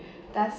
does